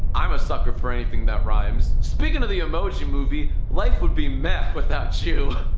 i'm a sucker for anything that rhymes. speakin' of the emoji movie, life would be meh without you.